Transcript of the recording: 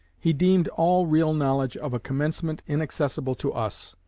he deemed all real knowledge of a commencement inaccessible to us,